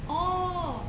orh